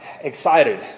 excited